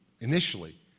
initially